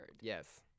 yes